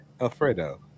Alfredo